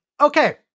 Okay